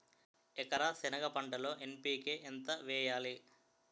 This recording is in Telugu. ఎకర సెనగ పంటలో ఎన్.పి.కె ఎంత వేయాలి?